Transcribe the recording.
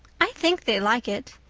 i think they like it.